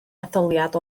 etholiad